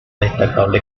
destacable